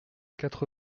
quatre